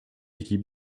équipe